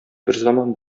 берзаман